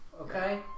Okay